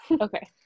Okay